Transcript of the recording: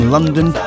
London